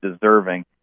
deserving